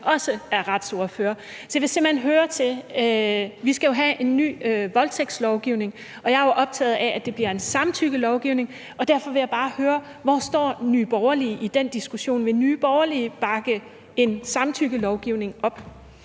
også er retsordfører, så jeg vil simpelt hen høre om det, at vi jo skal have en ny voldtægtslovgivning. Jeg er jo optaget af, at det bliver en samtykkelovgivning, og derfor vil jeg bare høre: Hvor står Nye Borgerlige i den diskussion? Vil Nye Borgerlige bakke en samtykkelovgivning op?